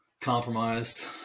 compromised